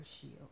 shield